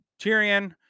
Tyrion